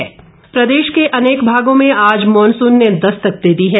monsoon प्रदेश के अनेक भागों में आज मॉनसून ने दस्तक दे दी है